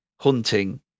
hunting